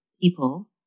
people